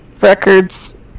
Records